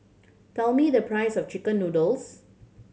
tell me the price of chicken noodles